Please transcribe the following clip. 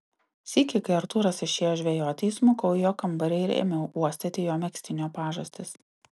sykį kai artūras išėjo žvejoti įsmukau į jo kambarį ir ėmiau uostyti jo megztinio pažastis